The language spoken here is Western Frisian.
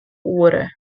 oere